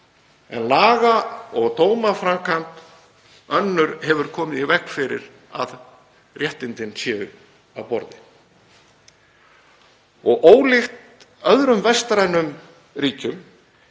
en laga- og dómaframkvæmd önnur hefur komið í veg fyrir að réttindin séu á borði. Ólíkt öðrum vestrænum ríkjum